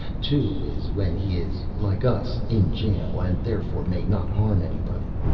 two is when he is, like us, in jail and therefore may not harm anybody.